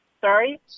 Sorry